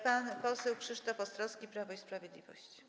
Pan poseł Krzysztof Ostrowski, Prawo i Sprawiedliwość.